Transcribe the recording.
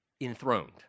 enthroned